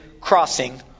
crossing